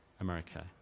America